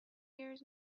years